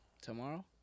Tomorrow